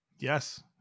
Yes